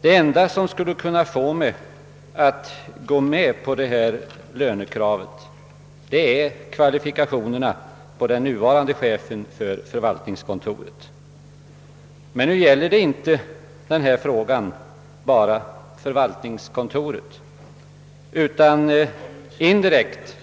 Det enda som skulle kunna få mig att gå med på detta lönekrav är de kvalifikationer som den nuvarande chefen för förvaltningskontoret har. Men nu gäller denna fråga inte bara förvaltningskontoret, utan indirekt